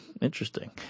Interesting